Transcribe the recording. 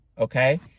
okay